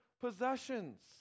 possessions